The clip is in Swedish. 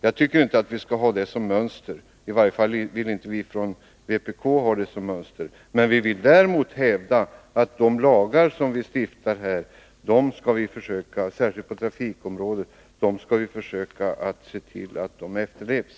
Jag tycker inte att vi skall ha den situationen som något mönster — i varje fall vill inte vi från vpk ha det. Däremot vill vi hävda att när det gäller de lagar som vi stiftar — särskilt dem på trafikområdet — skall vi försöka se till att de efterlevs.